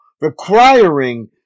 requiring